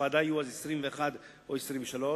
כשבוועדה היו אז 21 או 23,